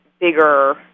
bigger